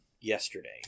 yesterday